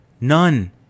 None